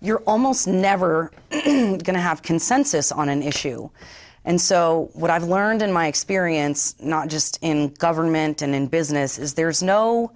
you're almost never going to have consensus on an issue and so what i've learned in my experience not just in government and in business is there's no